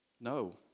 No